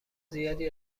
زیادی